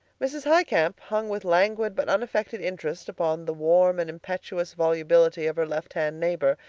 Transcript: mrs. highcamp hung with languid but unaffected interest upon the warm and impetuous volubility of her left-hand neighbor,